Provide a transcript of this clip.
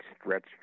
stretched